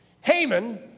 Haman